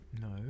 no